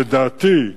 לדעתי,